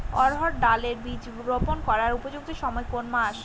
অড়হড় ডাল এর বীজ রোপন করার উপযুক্ত সময় কোন কোন মাস?